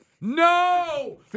No